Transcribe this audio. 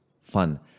fun